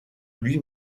lui